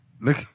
Look